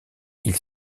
ils